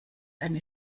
eine